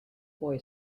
boy